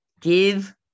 Give